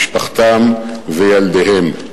משפחתם וילדיהם.